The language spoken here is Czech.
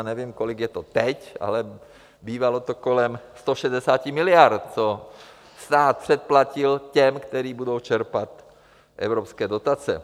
Nevím, kolik je to teď, ale bývalo to kolem 160 miliard, co stát předplatil těm, kteří budou čerpat evropské dotace.